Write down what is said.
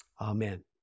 amen